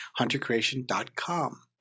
huntercreation.com